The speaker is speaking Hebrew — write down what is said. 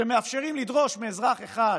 שמאפשרים לדרוש מאזרח אחד